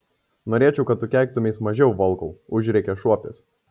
norėčiau kad tu keiktumeis mažiau volkau užrėkė šuopis